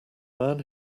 man